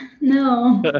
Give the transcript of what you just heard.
No